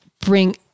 bring